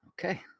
Okay